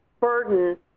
burden